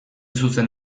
zuzen